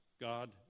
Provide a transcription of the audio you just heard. God